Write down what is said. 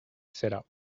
setup